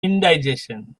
indigestion